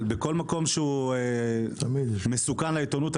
אבל בכל מקום שהוא מסוכן לעיתונות,